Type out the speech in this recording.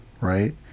right